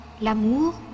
l'amour